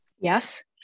Yes